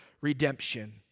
redemption